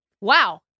Wow